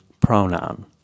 pronoun